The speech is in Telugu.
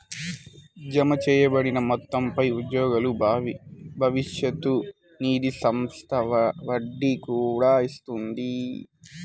జమచేయబడిన మొత్తంపై ఉద్యోగుల భవిష్య నిధి సంస్థ వడ్డీ కూడా ఇస్తుంది